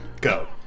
Go